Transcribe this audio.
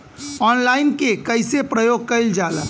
Online के कइसे प्रयोग कइल जाला?